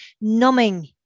numbing